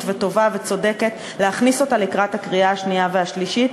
וטובה וצודקת לקראת הקריאה השנייה והשלישית,